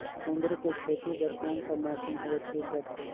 कुंदूरु के खेती बर कौन सा मौसम हवे ठीक रथे?